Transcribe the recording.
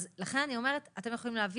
לכן אני אומרת, אתם יכולים להוכיח